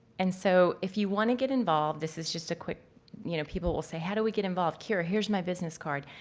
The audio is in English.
and, so if you want to get involved, this is just a quick. you know people will say how do we get involved? kira, here's my business card.